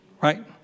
Right